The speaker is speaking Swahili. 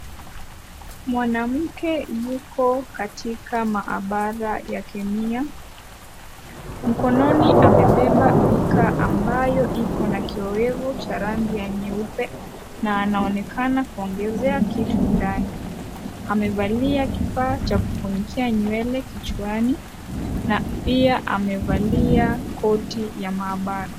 Mwanamke yuko katika maabara ya kemia. Mkononi amebeba beaker ambayo iko na kiowevu cha rangi ya nyeupe na anaonekana kuongezea kitu ndani. Amevalia kifaa cha kufunikia nywele kichwani na pia amevalia koti ya maabara.